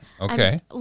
Okay